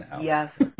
yes